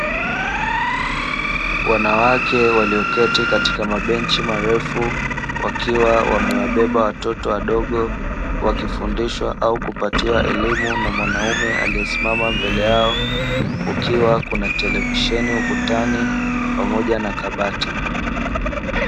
Wanawake walioketi katika mabenchi marefu wakiwa wamewabeba watoto wadogo wakifundishwa au kupatiwa elimu na mwanaume aliye simama mbele yao kukiwa kuna televisheni ukutani pamoja na kabati.